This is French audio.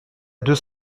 deux